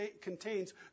contains